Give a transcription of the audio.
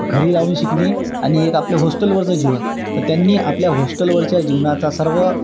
घरी आणून शिकणे आणि एक आपले होस्टेलवरचं जीवन तर त्यांनी आपल्या होस्टेलवरच्या जीवनाचा सर्व